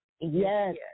yes